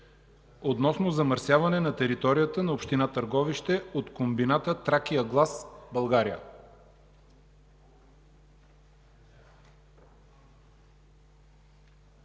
относно замърсяване на територията на община Търговище от комбината „Тракия глас България”.